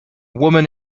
woman